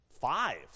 five